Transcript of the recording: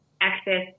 access